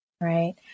Right